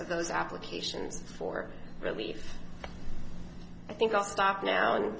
of those applications for relief i think i'll stop now